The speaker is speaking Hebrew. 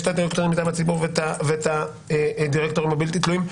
יש את הדירקטוריון מטעם הציבור ואת הדירקטורים הבלתי תלויים,